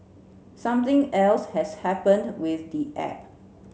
something else has happened with the app